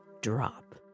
drop